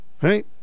Hey